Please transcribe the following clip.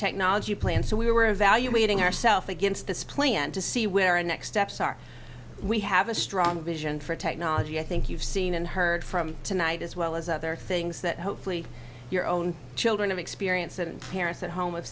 technology plan so we were evaluating herself against this plan to see where in steps are we have a strong vision for technology i think you've seen and heard from tonight as well as other things that hopefully your own children of experience and parents at home